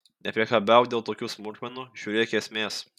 nepriekabiauk dėl tokių smulkmenų žiūrėk esmės